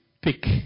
pick